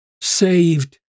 saved